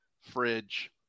fridge